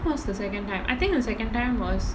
what was the second time I think the second time was